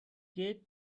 cake